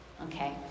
Okay